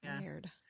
Weird